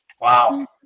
Wow